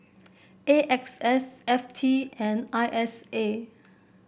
A X S F T and I S A